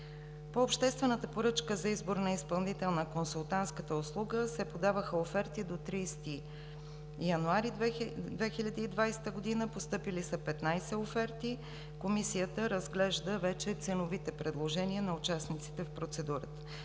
По обществената поръчка за избор на изпълнител на консултантската услуга се подаваха оферти до 30 януари 2020 г. Постъпили са 15 оферти. Комисията разглежда вече ценовите предложения на участниците в процедурата.